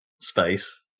space